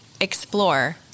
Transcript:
explore